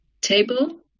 table